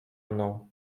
mną